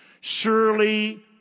Surely